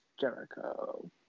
Jericho